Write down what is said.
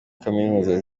kaminuza